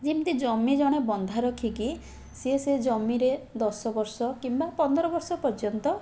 ଯେମିତି ଜମି ଜଣେ ବନ୍ଧା ରଖିକି ସିଏ ସେ ଜମିରେ ଦଶବର୍ଷ କିମ୍ବା ପନ୍ଦରବର୍ଷ ପର୍ଯ୍ୟନ୍ତ